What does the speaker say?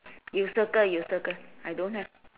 you circle you circle I don't have